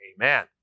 amen